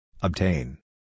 Obtain